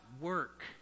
work